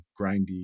grindy